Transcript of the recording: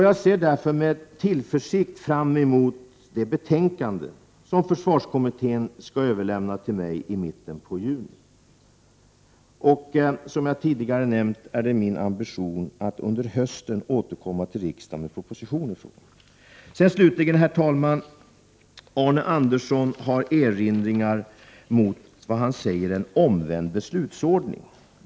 Jag ser därför med tillförsikt fram emot det betänkande som försvarskommittén skall överlämna till mig i mitten av juni. Som jag tidigare har nämnt är det min ambition att under hösten återkomma till riksdagen med en proposition i frågan. Slutligen, herr talman! Arne Andersson i Ljung har erinringar mot vad han kallar en omvänd beslutsordning.